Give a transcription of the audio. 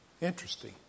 Interesting